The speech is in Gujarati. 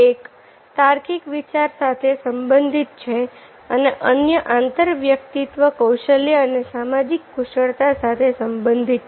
એક તાર્કિક વિચાર સાથે સંબંધિત છે અને અન્ય આંતર વ્યક્તિત્વ કૌશલ્ય અને સામાજિક કુશળતા સાથે સંબંધિત છે